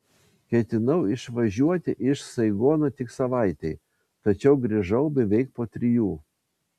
ketinau išvažiuoti iš saigono tik savaitei tačiau grįžau beveik po trijų